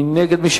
מי נגד?